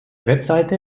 website